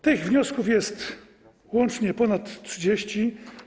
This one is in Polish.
Tych wniosków jest łącznie ponad 30.